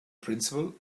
principle